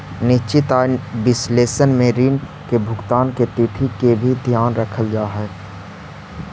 निश्चित आय विश्लेषण में ऋण के भुगतान के तिथि के भी ध्यान रखल जा हई